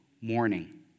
morning